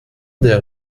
der